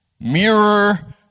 mirror